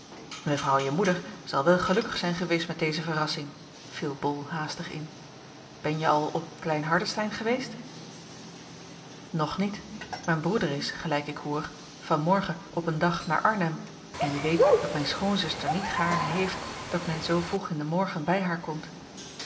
mevrouw je moeder zal wel gelukkig zijn geweest met deze verrassing viel bol haastig in benje al op klein hardestein geweest nog niet mijn broeder is gelijk ik hoor van morgen op een dag naar arnhem en je weet dat mijn schoonzuster niet gaarne heeft dat men zoo vroeg in den morgen bij haar komt